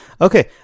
Okay